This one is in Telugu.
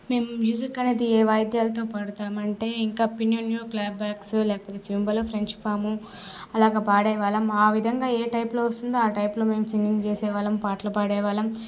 మేము మ్యూజిక్ అనేది ఏ వాయిద్యాలతో పాడుతాం అంటే ఇంకా పిన్నె న్యూ క్లాప్ బాక్సు లేకపోతే సింబల్ ఆఫ్ ఫ్రెంచ్ ఫాము అలాగే పాడేవాళ్ళం ఆ విధంగా ఏ టైప్లో వస్తుందో ఆ టైపులో మేము సింగింగ్ చేసే వాళ్ళం పాటలు పాడే వాళ్ళం